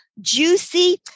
juicy